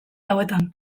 hauetan